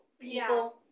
people